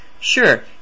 Sure